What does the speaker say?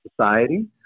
society